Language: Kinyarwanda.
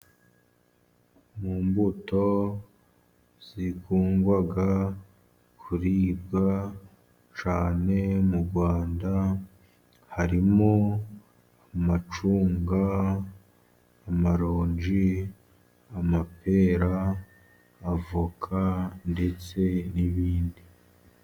Mu mbuto zikundwa kuribwa cyane mu Rwanda harimo amacunga ,amaronji, amapera, avoka ndetse n'ibindi.